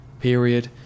period